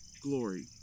glory